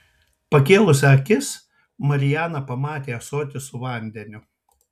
pakėlusi akis mariana pamatė ąsotį su vandeniu